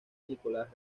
nicolás